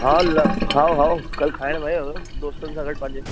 हाल हा हा कल्ह खाइणु वियो हुयो दोस्तनि सां गॾु पंहिंजे